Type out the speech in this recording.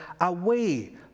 away